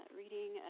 reading